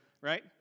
right